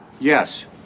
Yes